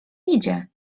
idzie